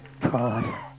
God